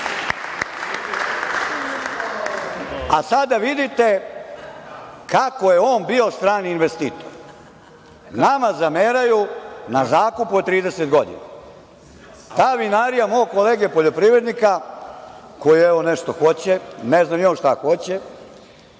da vidite kako je on bio strani investitor. Nama zameraju na zakupu od 30 godina. Ta vinarija mog kolege poljoprivrednika, koji evo nešto hoće, ne zna ni on šta hoće,